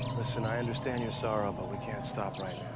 listen, i understand your sorrow, but we can't stop right